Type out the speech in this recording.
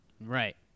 Right